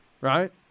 right